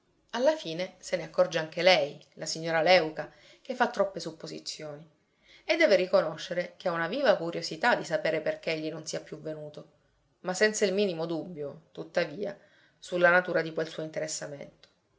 alla fine se ne accorge anche lei la signora léuca che fa troppe supposizioni e deve riconoscere che ha una viva curiosità di sapere perché egli non sia più venuto ma senza il minimo dubbio tuttavia sulla natura di quel suo interessamento